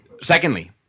Secondly